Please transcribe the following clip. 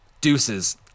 deuces